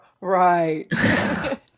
Right